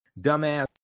dumbass